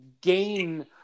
gain